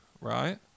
Right